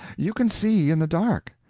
you can see in the dark,